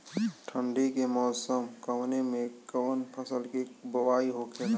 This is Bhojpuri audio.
ठंडी के मौसम कवने मेंकवन फसल के बोवाई होखेला?